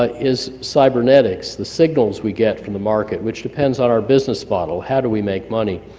ah is cybernetics the signals we get from the market which depends on our business model how do we make money?